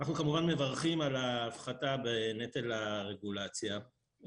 אנחנו כמובן מברכים על ההפחתה בנטל הרגולציה,